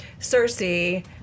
Cersei